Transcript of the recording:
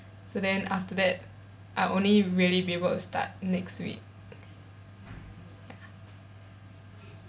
so then after that I only really be able to start next week